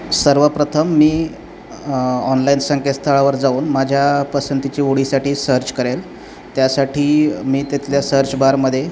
सर्वप्रथम मी ऑनलाईन संकेतस्थळावर जाऊन माझ्या पसंतीची ओडीसाठी सर्च करेल त्यासाठी मी तिथल्या सर्चबारमध्ये